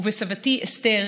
ומסבתי אסתר,